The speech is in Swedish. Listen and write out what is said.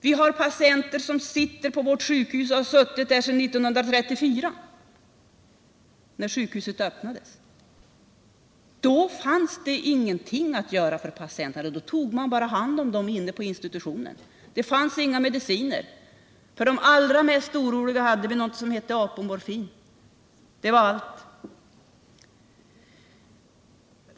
Vi har patienter som sitter på vårt sjukhus och som har suttit där sedan 1934 när sjukhuset öppnades. Då fanns det ingenting att göra för patienterna. Man bara tog hand om dem på institutionen. Det fanns heller inga mediciner. För de allra oroligaste patienterna hade vi något som hette apomorfin, och det var allt.